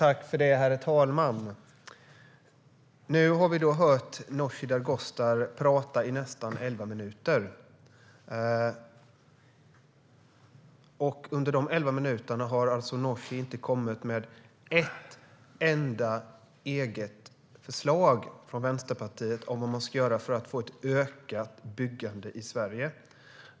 Herr talman! Nu har vi hört Nooshi Dadgostar tala i nästan elva minuter. Under de elva minuterna har hon inte kommit med ett enda eget förslag från Vänsterpartiet när det gäller vad man ska göra för att få ett ökat byggande i Sverige.